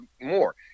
more